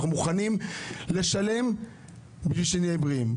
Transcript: אנחנו מוכנים לשלם בשביל שנהיה בריאים.